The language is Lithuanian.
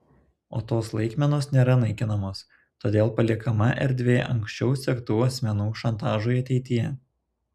o tos laikmenos nėra naikinamos todėl paliekama erdvė anksčiau sektų asmenų šantažui ateityje